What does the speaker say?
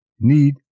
Need